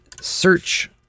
search